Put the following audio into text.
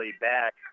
back